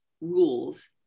rules